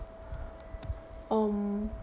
um